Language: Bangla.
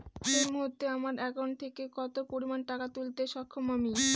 এই মুহূর্তে আমার একাউন্ট থেকে কত পরিমান টাকা তুলতে সক্ষম আমি?